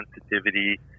sensitivity